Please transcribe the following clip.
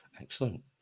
Excellent